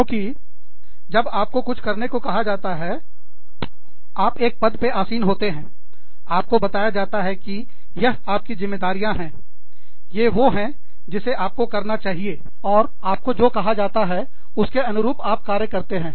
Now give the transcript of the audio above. क्योंकि जब आपको कुछ करने को कहा जाता है आप एक पद पर आसीन होते हैं आपको बताया जाता है कि यह आपकी जिम्मेदारियां हैं ये वो है जिसे आपको करना चाहिए और आपको जो कहा गया है आप उसके अनुरूप कार्य करते हैं